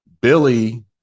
Billy